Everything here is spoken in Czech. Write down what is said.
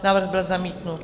Návrh byl zamítnut.